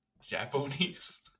japanese